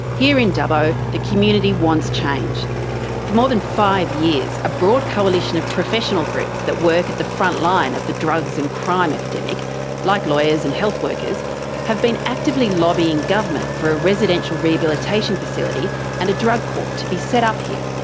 here in dubbo the community wants change. for more than five years a broad coalition of professional groups that work at the front line of the drugs and crime epidemic like lawyers and health workers have been actively lobbying government for a residential rehabilitation facility and a drug court to be set up here.